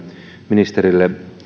ministerille